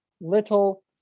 little